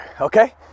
Okay